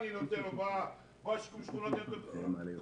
יש חובות ארנונה.